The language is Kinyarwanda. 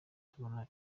tubona